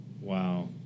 Wow